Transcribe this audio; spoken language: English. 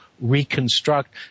reconstruct